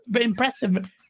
impressive